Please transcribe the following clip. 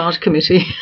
committee